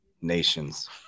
nations